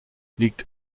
liegt